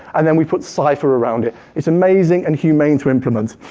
and then we put cypher around it. it's amazing and humane to implement.